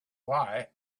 why